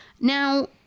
Now